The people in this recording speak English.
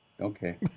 Okay